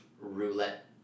roulette